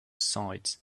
sides